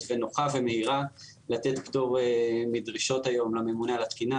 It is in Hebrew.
ונוחה ומהירה לתת פטור מדרישות היום לממונה על התקינה,